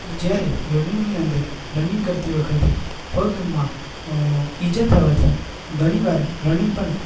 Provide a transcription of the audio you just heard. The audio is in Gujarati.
જ્યારે રનિંગની અંદર રનિંગ કરતી વખતે પગમાં ઈજા થવાથી ઘણી વાર રનિંગ પણ